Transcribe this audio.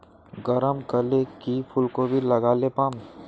गरम कले की फूलकोबी लगाले पाम?